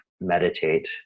meditate